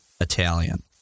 Italian